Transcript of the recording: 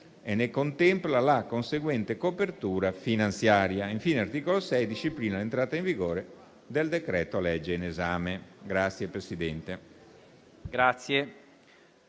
e ne contempla la conseguente copertura finanziaria. Infine, l'articolo 6 disciplina l'entrata in vigore del decreto-legge in esame.